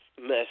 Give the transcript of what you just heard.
mess